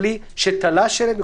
בלי שתלה שלט,